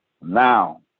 now